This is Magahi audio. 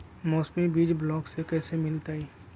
मौसमी बीज ब्लॉक से कैसे मिलताई?